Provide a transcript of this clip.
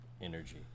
energy